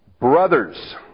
Brothers